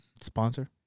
sponsor